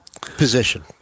position